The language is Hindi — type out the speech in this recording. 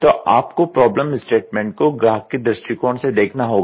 तो आप को प्रॉब्लम स्टेटमेंट को ग्राहक के दृष्टिकोण से देखना होगा